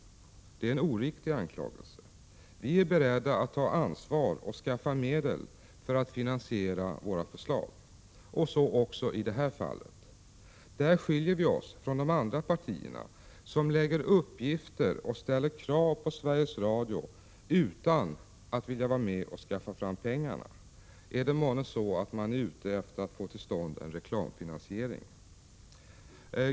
Det är en oriktig anklagelse. Vi är beredda att ta ansvar och skaffa medel för att finansiera våra förslag. Så också i det här fallet. Där skiljer vi oss från de andra partierna, som lägger ut uppgifter och ställer krav på Sveriges Radio utan att vilja vara med och skaffa fram pengarna. Är det månne så att man är ute efter att få till stånd en reklamfinansiering?